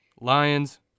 Lions